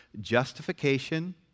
justification